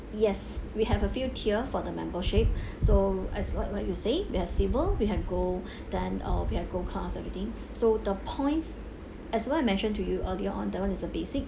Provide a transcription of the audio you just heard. yes we have a few tier for the membership so as what what you say we have silver we have gold then uh we have gold class everything so the points as what I mentioned to you earlier on that one is the basic